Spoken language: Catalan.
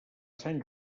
sant